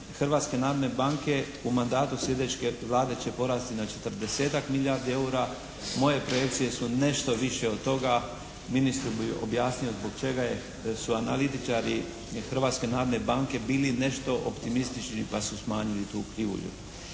Hrvatske narodne banke u mandatu sljedeće Vlade će porasti na 40-tak milijardi EUR-a. Moje projekcije su nešto više od toga. Ministru bi objasnio zbog čega su analitičari Hrvatske narodne banke bili nešto optimistični pa su smanjili tu krivulju.